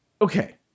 Okay